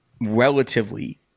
relatively